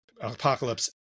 apocalypse